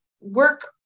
work